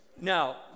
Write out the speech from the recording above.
now